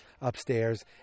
upstairs